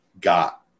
got